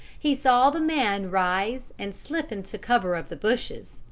he saw the man rise and slip into cover of the bushes,